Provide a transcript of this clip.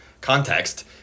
context